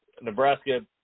Nebraska